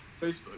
Facebook